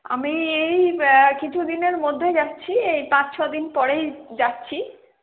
আমি এই কিছুদিনের মধ্যেই যাচ্ছি এই পাঁচ ছদিন পরেই যাচ্ছি